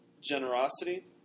generosity